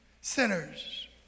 sinners